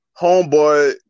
homeboy